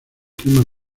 clima